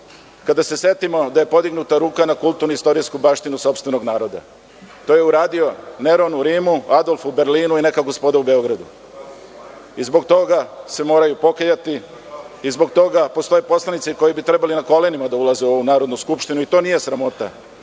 kada se setimo da je podignuta ruka na kulturno-istorijsku baštinu sopstvenog naroda. To je uradio Neron u Rimu, Adolf u Berlinu i neka gospoda u Beogradu. Zbog toga se moraju pokajati, zbog toga postoje poslanici koji bi trebali na kolenima da ulaze u ovu Narodnu skupštinu i to nije sramota.